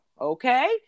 okay